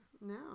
No